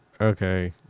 Okay